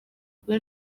kuba